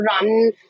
run